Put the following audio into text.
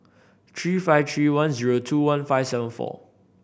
three five three one zero two one five seven four